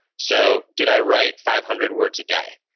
so, did i write five hundred words a day?